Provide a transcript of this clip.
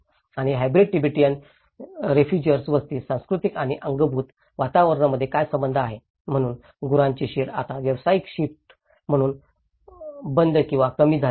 आणि hybrid Tibetan refugees वस्तीत सांस्कृतिक आणि अंगभूत वातावरणामध्ये काय संबंध आहे म्हणून गुरांचे शेड आता व्यावसायिक शिफ्ट म्हणून बंद किंवा कमी झाले आहेत